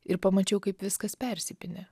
ir pamačiau kaip viskas persipynę